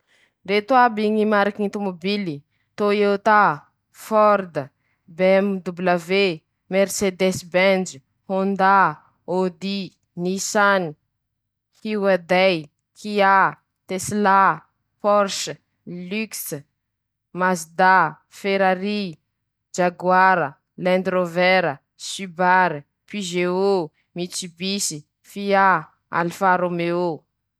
Reto aby ñy karazany ñy voninkazo: -ñy rôze.-ñy lily. -ñy tilupe. -ñy orchidé. -ñy viôlety. -ñy pétunia. -ñy marguerity.-ñy tournesôly.-ñy zerbera.-ñy kamelia. -ñyii jasmine. -ñy frezia uris lavande.-ñy mimôza. -ñy puvoane.-ñy hortansia, mañôlia begônia. -ñy raketa.